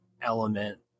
element